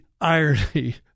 irony